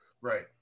right